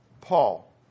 Paul